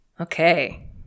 Okay